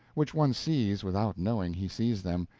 which one sees without knowing he sees them,